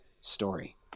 story